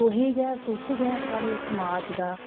तुसें गै तुस गै साढ़े समाज दा